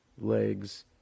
legs